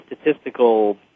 statistical